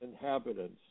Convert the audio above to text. inhabitants